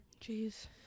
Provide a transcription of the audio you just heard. Jeez